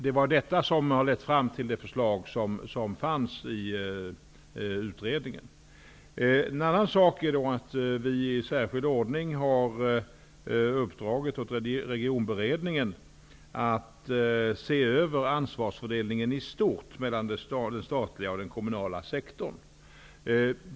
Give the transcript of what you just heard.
Det är detta som har lett fram till det förslag som fanns i utredningen. Vi har i särskild ordning uppdragit åt Regionberedningen att se över ansvarsfördelningen i stort mellan den statliga och den kommunala sektorn.